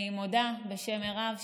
אני מודה בשם מירב,